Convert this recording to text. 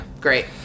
Great